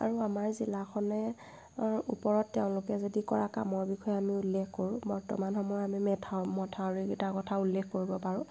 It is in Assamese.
আৰু আমাৰ জিলাখনৰ ওপৰত তেওঁলোকে যদি কৰা কামৰ বিষয়ে আমি উল্লেখ কৰোঁ বৰ্তমান সময়ত আমি মেথাউ মথাউৰিকিটাৰ কথা আমি উল্লেখ কৰিব পাৰোঁ